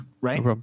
Right